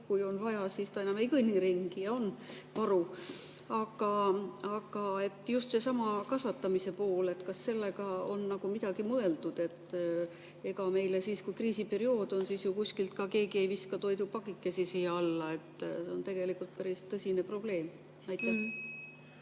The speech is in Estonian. kui on vaja, siis ta enam ei kõnni ringi, vaid on varu. Aga just seesama kasvatamise pool, kas selle kohta on midagi mõeldud? Ega meile siis, kui kriisiperiood käes on, kuskilt keegi ei viska toidupakikesi siia alla. See on tegelikult päris tõsine probleem. Merry